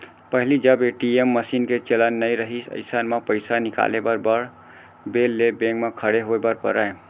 पहिली जब ATM machine के चलन नइ रहिस अइसन म पइसा निकाले बर बड़ बेर ले बेंक म खड़े होय बर परय